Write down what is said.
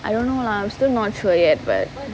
I don't know lah I'm still not sure yet but